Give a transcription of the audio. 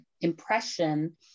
impression